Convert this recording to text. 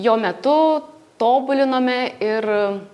jo metu tobulinome ir